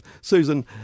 Susan